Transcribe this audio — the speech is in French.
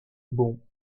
bon